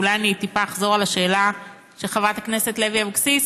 אולי אני טיפה אחזור על השאלה של חברת הכנסת לוי אבקסיס: